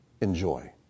enjoy